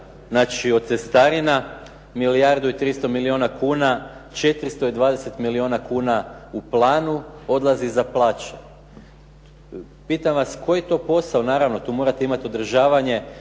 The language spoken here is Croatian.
znači od cestarina milijardu i 300 milijuna kuna 420 milijuna kuna u planu odlazi za plaće. Pitam vas, koji to posao, naravno tu morate imati održavanje,